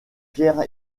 pierre